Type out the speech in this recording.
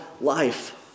life